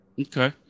Okay